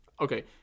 Okay